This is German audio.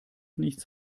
nichts